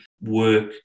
work